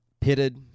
pitted